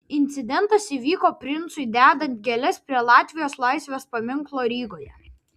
incidentas įvyko princui dedant gėles prie latvijos laisvės paminklo rygoje